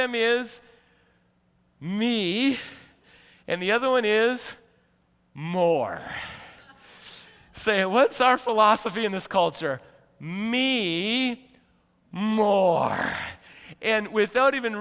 them is me and the other one is more say what's our philosophy in this culture many more and without even